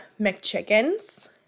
mcchickens